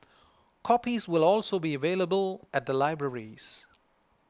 copies will also be available at the libraries